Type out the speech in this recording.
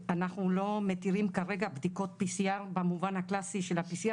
אנחנו לא מתירים כרגע בדיקותPCR במובן הקלאסי של ה-PCR.